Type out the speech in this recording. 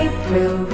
April